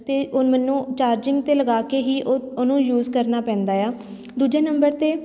ਅਤੇ ਹੁਣ ਮੈਨੂੰ ਚਾਰਜਿੰਗ 'ਤੇ ਲਗਾ ਕੇ ਹੀ ਉਹ ਉਹਨੂੰ ਯੂਜ਼ ਕਰਨਾ ਪੈਂਦਾ ਆ ਦੂਜੇ ਨੰਬਰ 'ਤੇ